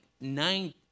nine